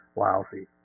lousy